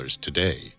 today